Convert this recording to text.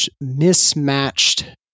mismatched